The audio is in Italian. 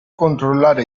controllare